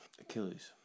Achilles